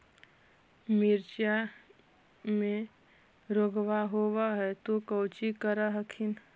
मिर्चया मे रोग्बा होब है तो कौची कर हखिन?